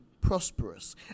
prosperous